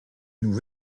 nous